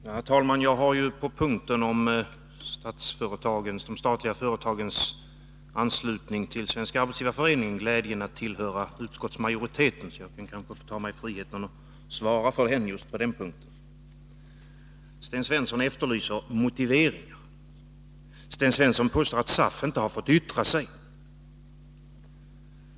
Herr talman! Jag har ju beträffande de statliga företagens anslutning till Svenska arbetsgivareföreningen glädjen att tillhöra utskottsmajoriteten, så jag kan kanske ta mig friheten att svara på just den punkten. Sten Svensson efterlyser motiveringar. Han påstår att SAF inte har fått yttra sig.